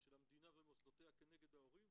של המדינה ומוסדותיה כנגד ההורים,